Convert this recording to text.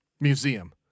museum